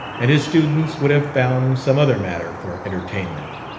and his students would have found some other matter for entertainment.